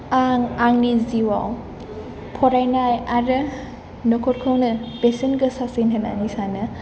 आं आंनि जिउआव फरायनाय आरो न'खरखौनो बेसेन गोसासिन होननानै सानो